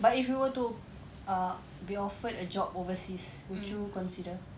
but if you were to uh be offered a job overseas would you consider